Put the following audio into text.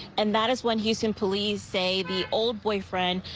and that is when houston police say the old boyfriend,